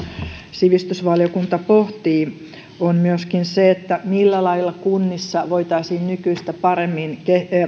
sivistysvaliokunta pohtii on myöskin se millä lailla kunnissa voitaisiin nykyistä paremmin